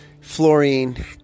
fluorine